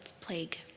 plague